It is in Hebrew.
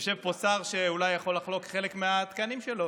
יושב פה שר שאולי יכול לחלוק חלק מהתקנים שלו.